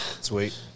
sweet